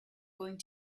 going